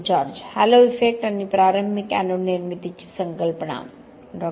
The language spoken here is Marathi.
जॉर्ज हॅलो इफेक्ट आणि प्रारंभिक एनोड निर्मितीची संकल्पना डॉ